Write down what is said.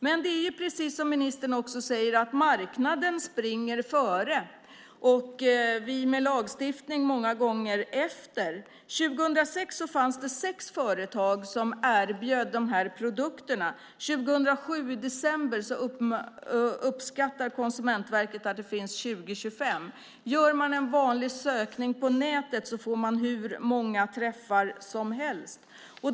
Men det är precis som ministern också säger, marknaden springer före och vi många gånger efter med lagstiftning. År 2006 fanns det sex företag som erbjöd de här produkterna. I december 2007 uppskattade Konsumentverket att det fanns 20-25. Gör man en vanlig sökning på nätet får man hur många träffar som helst.